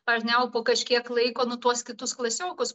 ar ne o po kažkiek laiko nu tuos kitus klasiokus